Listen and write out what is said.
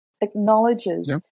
Acknowledges